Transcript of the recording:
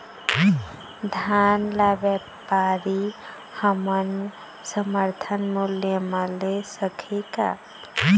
धान ला व्यापारी हमन समर्थन मूल्य म ले सकही का?